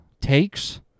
takes